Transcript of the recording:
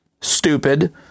stupid